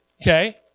Okay